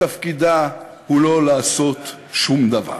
שתפקידה הוא לא לעשות שום דבר.